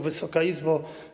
Wysoka Izbo!